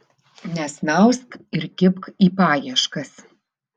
nesnausk ir kibk į paieškas